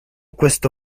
questo